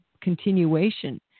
continuation